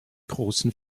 großen